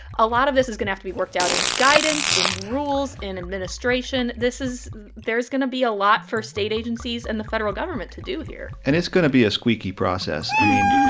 a lot of this is going have to be worked out in guidance, in rules, in administration. this is there's going to be a lot for state agencies and the federal government to do here and it's going to be a squeaky process. i mean,